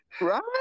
right